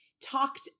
talked